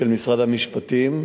של משרד המשפטים.